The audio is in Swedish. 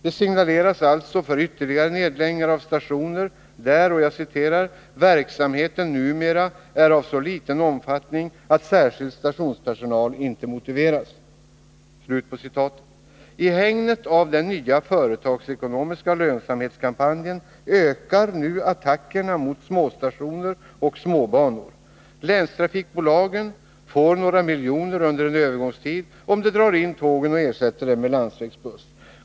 Det signaleras alltså för ytterligare nedläggningar av stationer där ”verksamheten numera är av så liten omfattning att särskild stationspersonal inte motiveras”. I hägnet av den nya företagsekonomiska lönsamhetskampanjen ökar nu attackerna mot småstationer och småbanor. Länstrafikbolagen får några miljoner under en övergångstid om de drar in tågen och ersätter dem med landsvägsbuss.